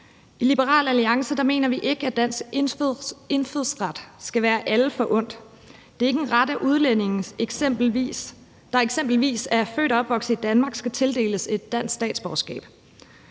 I Liberal Alliance mener vi ikke, at dansk indfødsret skal være alle forundt. Det er ikke en ret, at udlændinge, der eksempelvis er født og opvokset i Danmark, skal tildeles et dansk statsborgerskab.